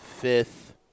Fifth